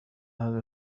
هذه